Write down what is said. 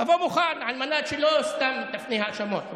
תבוא מוכן, על מנת שלא סתם תפנה האשמות.